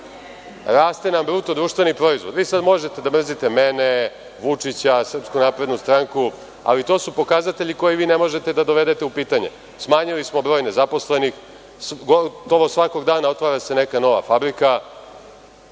Raste nam bruto društveni proizvod. Možete sada da mrzite mene, Vučića, SNS, ali to su pokazatelji koje vi ne možete da dovedete u pitanje. Smanjili smo broj nezaposlenih, gotovo svakog dana otvara se neka nova fabrika,